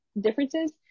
differences